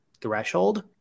threshold